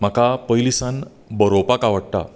म्हाका पयली सावन बरोवपाक आवडटा